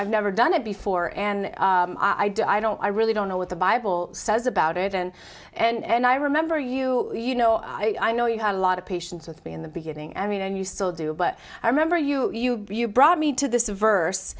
i've never done it before and i don't i don't i really don't know what the bible says about it and and i remember you you know i know you had a lot of patience with me in the beginning i mean and you still do but i remember you you brought me to this verse